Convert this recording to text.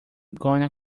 gonna